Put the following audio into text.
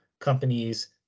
companies